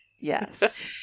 yes